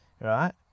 Right